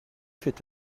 fait